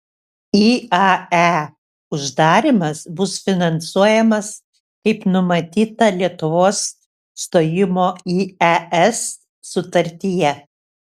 iae uždarymas bus finansuojamas kaip numatyta lietuvos stojimo į es sutartyje